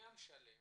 בניין שלם